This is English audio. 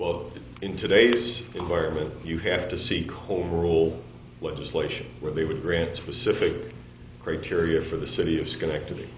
well in today's environment you have to seek whole legislation where they would grant specific criteria for the city of schenectady